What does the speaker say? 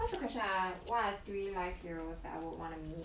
what's the question ah what are three life heroes that I would wanna meet